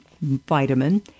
vitamin